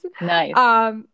Nice